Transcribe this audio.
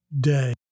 day